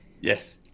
Yes